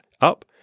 up